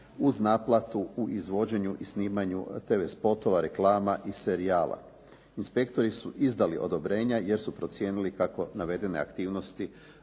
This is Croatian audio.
uz naplatu u izvođenju i snimanju tv spotova, reklama i serijala. Inspektori su izdali odobrenja jer su procijenili kako navedene aktivnosti